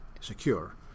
secure